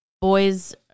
boys